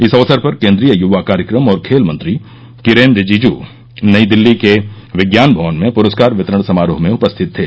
इस अवसर पर केन्द्रीय युवा कार्यक्रम और खेल मंत्री किरेन रिजिजू नई दिल्ली के विज्ञान भवन में पुरस्कार वितरण समारोह में उपस्थित थे